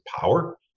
power